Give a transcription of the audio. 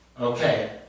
Okay